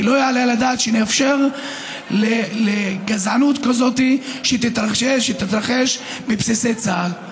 כי לא יעלה על הדעת שנאפשר שגזענות כזאת תתרחש בבסיסי צה"ל.